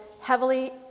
heavily